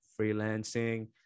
freelancing